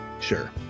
sure